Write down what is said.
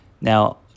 now